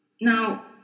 Now